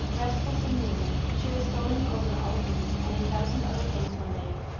restless and weary, she was going over all these and a thousand other things one day,